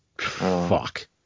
Fuck